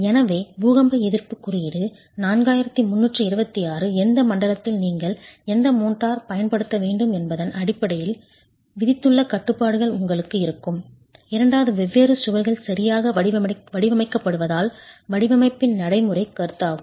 எனவே பூகம்ப எதிர்ப்புக் குறியீடு 4326 எந்த மண்டலத்தில் நீங்கள் எந்த மோட்டார் பயன்படுத்த வேண்டும் என்பதன் அடிப்படையில் விதித்துள்ள கட்டுப்பாடுகள் உங்களுக்கு இருக்கும் இரண்டாவது வெவ்வேறு சுவர்கள் சரியாக வடிவமைக்கப்படுவதால் வடிவமைப்பின் நடைமுறைக் கருத்தாகும்